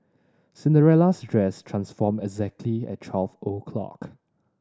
Cinderella's dress transformed exactly at twelve o'clock